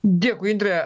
dėkui indre